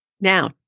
Now